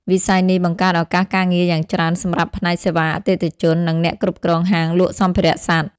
វិស័យនេះបង្កើតឱកាសការងារយ៉ាងច្រើនសម្រាប់ផ្នែកសេវាអតិថិជន និងអ្នកគ្រប់គ្រងហាងលក់សម្ភារៈសត្វ។